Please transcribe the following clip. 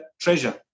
treasure